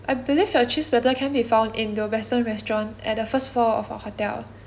I believe your cheese platter can be found in the western restaurant at the first floor of our hotel